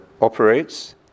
operates